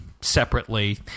separately